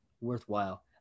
worthwhile